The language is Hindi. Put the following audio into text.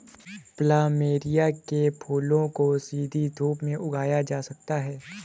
प्लमेरिया के फूलों को सीधी धूप में उगाया जा सकता है